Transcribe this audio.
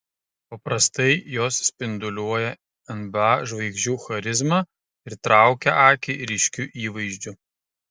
paprastai jos spinduliuoja nba žvaigždžių charizma ir traukia akį ryškiu įvaizdžiu